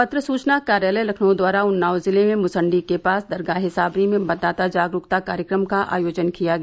पत्र सुचना कार्यालय लखनऊ द्वारा उन्नाव जिले में मुसन्डी के पास दरगाह ए साबरी में मतदाता जागरूकता कार्यक्रम का आयोजन किया गया